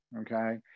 okay